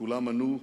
וכולם ענו: